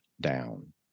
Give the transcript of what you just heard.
down